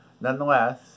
Nonetheless